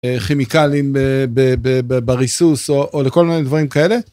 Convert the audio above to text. כימיקלים בבריסוס או לכל מיני דברים כאלה.